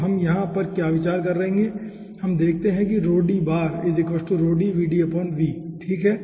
तो हम यहाँ पर क्या विचार करेंगे तो आप देखते है ठीक है